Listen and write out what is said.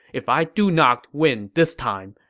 if i do not win this time,